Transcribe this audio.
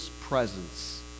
presence